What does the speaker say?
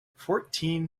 fourteen